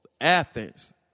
Athens